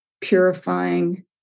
purifying